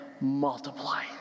multiply